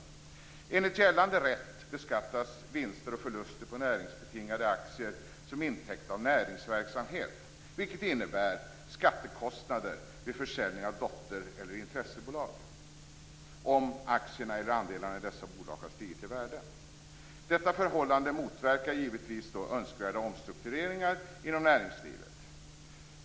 Enligt gällande rätt beskattas vinster och förluster på näringsbetingade aktier som intäkt av näringsverksamhet, vilket innebär skattekostnader vid försäljning av dotter eller intressebolag om aktierna eller andelarna i dessa bolag har stigit i värde. Detta förhållande motverkar givetvis önskvärda omstruktureringar inom näringslivet.